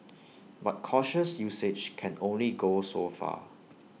but cautious usage can only go so far